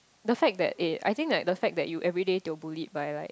the fact that eh I think like the fact that you everyday to bullied by like